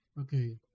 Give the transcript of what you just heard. Okay